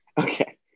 Okay